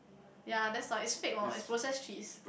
yea that's why it's fake or as process cheese